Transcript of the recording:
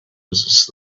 was